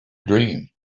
dream